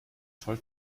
told